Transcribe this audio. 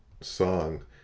song